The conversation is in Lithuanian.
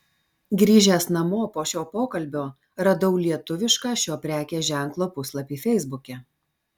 grįžęs namo po šio pokalbio radau lietuvišką šio prekės ženklo puslapį feisbuke